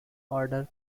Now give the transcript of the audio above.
order